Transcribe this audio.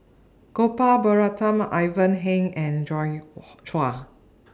Gopal Baratham Ivan Heng and Joi Chua